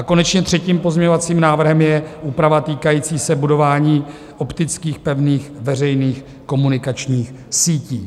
Konečně třetím pozměňovacím návrhem je úprava týkající se budování optických pevných veřejných komunikačních sítí.